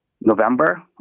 November